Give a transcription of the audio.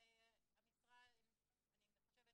נציבות